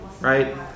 Right